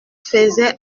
faisait